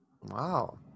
Wow